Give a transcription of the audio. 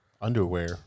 Underwear